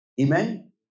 Amen